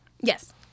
Yes